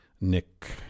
Nick